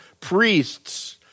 priests